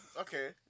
okay